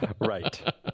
Right